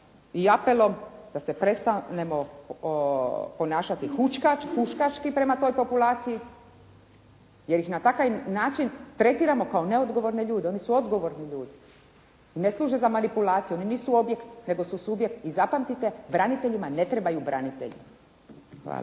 i apelom da se prestanemo ponašati huškački prema toj populaciji jer ih na takav način tretiramo kao neodgovorne ljude, oni su odgovorni ljudi. I ne služe za manipulaciju, oni nisu objekt nego su subjekt. I zapamtite, braniteljima ne trebaju branitelji.